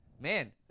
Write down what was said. man